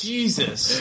Jesus